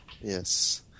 yes